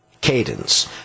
cadence